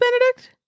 Benedict